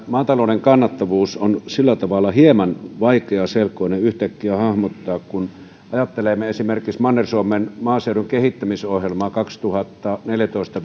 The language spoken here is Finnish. maatalouden kannattavuus on sillä tavalla hieman vaikeaselkoinen yhtäkkiä hahmottaa kun ajattelemme esimerkiksi manner suomen maaseudun kehittämisohjelmaa kaksituhattaneljätoista